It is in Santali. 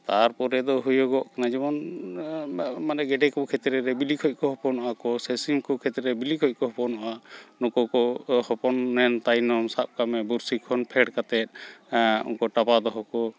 ᱛᱟᱨᱯᱚᱨᱮ ᱫᱚ ᱦᱩᱭᱩᱜᱚᱜ ᱠᱟᱱᱟ ᱡᱮᱢᱚᱱ ᱢᱟᱱᱮ ᱜᱮᱰᱮ ᱠᱷᱚ ᱠᱷᱮᱛᱛᱨᱮ ᱨᱮ ᱵᱤᱞᱤ ᱠᱷᱚᱡ ᱠᱚ ᱦᱚᱯᱚᱱᱚᱜᱼᱟ ᱠᱚ ᱥᱮ ᱥᱤᱢ ᱠᱚ ᱠᱷᱮᱛᱛᱨᱮ ᱨᱮ ᱵᱤᱞᱤ ᱠᱷᱚᱡ ᱠᱚ ᱦᱚᱯᱚᱱᱚᱜᱼᱟ ᱱᱩᱠᱩ ᱠᱚ ᱦᱚᱯᱚᱱ ᱧᱮᱞ ᱛᱟᱭᱱᱚᱢ ᱥᱟᱵ ᱠᱟᱜ ᱢᱮ ᱵᱩᱨᱥᱤ ᱠᱷᱚᱱ ᱯᱷᱮᱰ ᱠᱟᱛᱮᱫ ᱩᱱᱠᱩ ᱴᱟᱯᱟᱣ ᱫᱚᱦᱚ ᱠᱚ